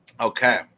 Okay